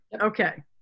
Okay